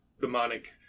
demonic